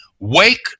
Wake